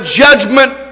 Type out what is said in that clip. judgment